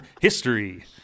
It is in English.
History